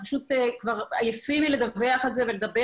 אנחנו פשוט כבר עייפים מלדווח על זה ולדבר